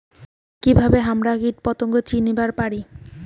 কিভাবে হামরা কীটপতঙ্গ চিনিবার পারি?